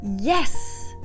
yes